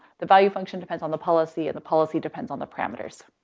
the value function depends on the policy and the policy depends on the parameters.